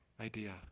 idea